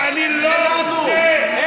ואני לא רוצה, זה שלנו.